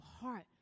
heart